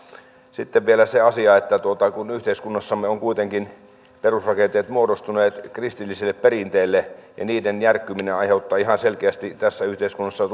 sitten vielä se asia kun yhteiskunnassamme ovat kuitenkin perusrakenteet muodostuneet kristilliselle perinteelle että niiden järkkyminen aiheuttaa ihan selkeästi tässä yhteiskunnassa